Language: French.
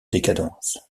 décadence